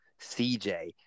CJ